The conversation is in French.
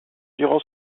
durant